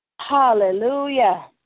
Hallelujah